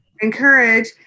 encourage